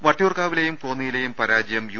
വട്ടിയൂർക്കാവിലെയും കോന്നിയിലെയും പരാജയം യു